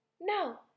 No